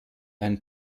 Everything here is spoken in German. ein